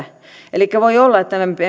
elikkä voi olla että